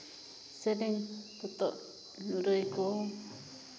ᱥᱮᱨᱮᱧ ᱯᱚᱛᱚᱵ ᱢᱩᱨᱟᱹᱭ ᱠᱚ